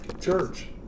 church